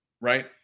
right